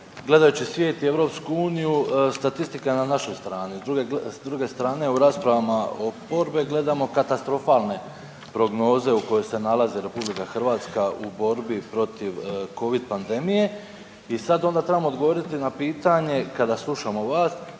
Gledajući svijet i EU statistika je na našoj strani. S druge strane u raspravama oporbe gledamo katastrofalne prognoze u kojoj se nalazi Republika Hrvatska u borbi protiv covid pandemije. I sad onda trebamo odgovoriti na pitanje kada slušamo vas